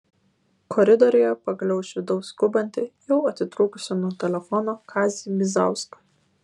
koridoriuje pagaliau išvydau skubantį jau atitrūkusį nuo telefono kazį bizauską